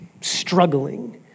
struggling